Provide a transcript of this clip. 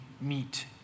meet